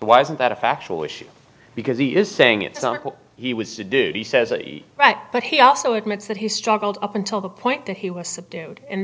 why isn't that a factual issue because he is saying it's on what he was to do he says but he also admits that he struggled up until the point that he was subdued and